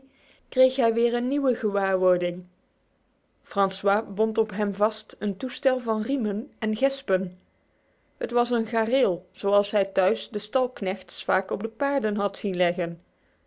kreeg hij weer een nieuwe gewaarwording francois bond op hem vast een toestel van riemen en gespen het was een gareel zoals hij thuis de stalknechts vaak op de paarden had zien leggen